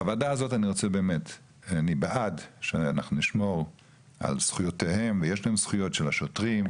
בוועדה הזאת אני בעד שנשמור על זכויותיהם של השוטרים,